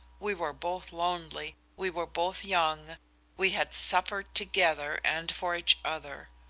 we were both lonely we were both young we had suffered together and for each other.